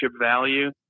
value